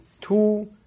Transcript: two